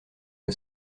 que